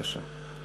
בבקשה.